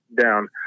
down